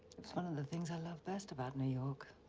it's one of the things i love best about new york.